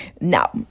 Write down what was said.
Now